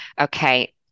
Okay